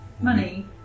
Money